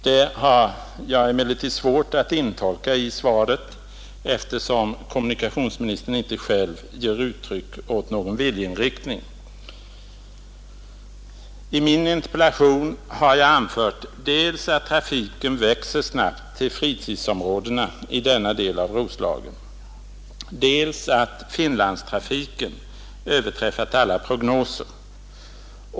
Det har jag emellertid svårt att intolka i svaret, eftersom kommunikationsministern inte själv ger uttryck åt någon viljeinriktning. I min interpellation har jag anfört dels att trafiken växer snabbt till fritidsområdena i denna del av Roslagen, dels att Finlandstrafiken överträffat alla prognoser.